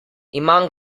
imam